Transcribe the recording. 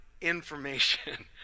information